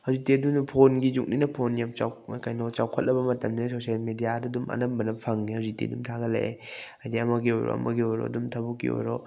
ꯍꯧꯖꯤꯛꯇꯤ ꯑꯗꯨꯗꯣ ꯐꯣꯟꯒꯤ ꯖꯨꯛꯅꯤꯅ ꯐꯣꯟ ꯌꯥꯝ ꯆꯥꯎꯈꯠꯂꯕ ꯃꯇꯝꯅꯤꯅ ꯁꯣꯁꯦꯜ ꯃꯦꯗꯤꯌꯥꯗ ꯑꯗꯨꯝ ꯑꯅꯝꯕꯅ ꯐꯪꯉꯦ ꯍꯧꯖꯤꯛꯇꯤ ꯑꯗꯨꯝ ꯊꯥꯒꯠꯂꯛꯑꯦ ꯍꯥꯏꯗꯤ ꯑꯃꯒꯤ ꯑꯣꯏꯔꯣ ꯑꯃꯒꯤ ꯑꯣꯏꯔꯣ ꯑꯗꯨꯝ ꯊꯕꯛꯀꯤ ꯑꯣꯏꯔꯣ